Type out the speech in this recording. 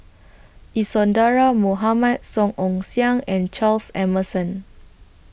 Isadhora Mohamed Song Ong Siang and Charles Emmerson